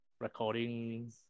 recording